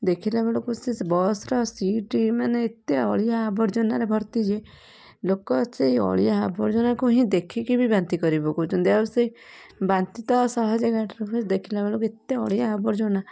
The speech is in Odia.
ଦେଖିଲା ବେଳକୁ ସେ ବସର ସିଟି ମାନେ ଏତେ ଅଳିଆ ଆବର୍ଜନାରେ ଭର୍ତ୍ତି ଯେ ଲୋକ ସେହି ଅଳିଆ ଆବର୍ଜନାକୁ ହିଁ ଦେଖିକି ବି ବାନ୍ତି କରିପକଉଛନ୍ତି ଆଉ ସେ ବାନ୍ତି ତ ସହଜେ ଗାଡ଼ିରେ ହୁଏ ଦେଖିଲା ବେଳକୁ ଏତେ ଅଳିଆ ଆବର୍ଜନା